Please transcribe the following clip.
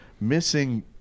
missing